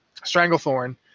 Stranglethorn